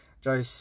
Joe